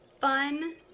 fun